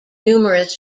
numerous